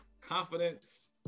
confidence